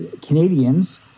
canadians